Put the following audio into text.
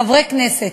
חברי הכנסת,